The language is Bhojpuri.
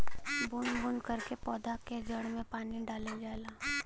बूंद बूंद करके पौधा के जड़ में पानी डालल जाला